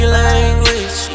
language